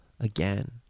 again